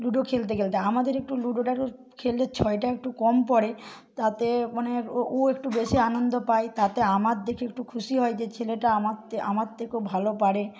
ludo খেলতে খেলতে আমাদের একটু লুডোটারও খেললে ছয়টা একটু কম পড়ে তাতে মানে ও ও একটু বেশি আনন্দ পায় তাতে আমার দেখে একটু খুশি হয় যে ছেলেটা আমারতে আমার থেকেও ভালো পারে